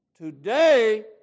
today